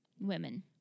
Women